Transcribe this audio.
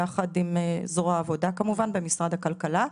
יחד עם זרוע העבודה במשרד הכלכלה כמובן.